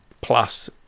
Plus